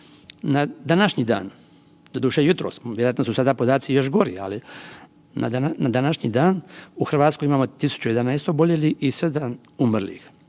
Na današnji dan doduše jutros, vjerojatno su sada podaci još gori ali na današnji dan u Hrvatskoj imamo 1011 oboljelih i 7 umrlih,